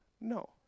no